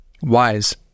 wise